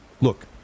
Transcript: Look